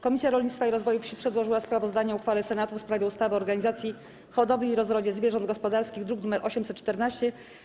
Komisja Rolnictwa i Rozwoju Wsi przedłożyła sprawozdanie o uchwale Senatu w sprawie ustawy o organizacji hodowli i rozrodzie zwierząt gospodarskich, druk nr 814.